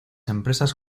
empresas